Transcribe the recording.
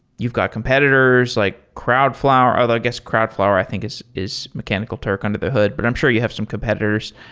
you've got competitors, like crowdflower, although i guess crowdflower i think is is mechanical turk under the hood, but i'm sure you have some competitors.